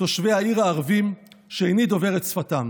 תושבי העיר הערבים, שאיני דובר את שפתם.